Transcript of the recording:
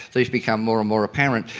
these become more and more apparent.